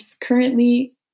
currently